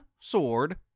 sword